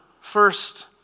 first